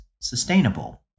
sustainable